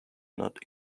not